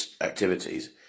activities